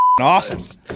awesome